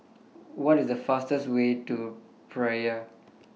What IS The fastest Way to Praia